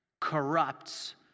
corrupts